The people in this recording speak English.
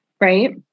right